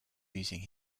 using